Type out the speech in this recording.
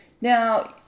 now